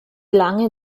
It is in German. lange